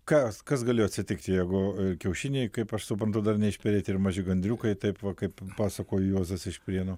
kas kas galėjo atsitikt jeigu kiaušiniai kaip aš suprantu dar neišperėti ir maži gandriukai taip kaip pasakojo juozas iš prienų